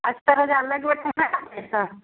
अस्तर जा अलॻि वठंदा न पैसा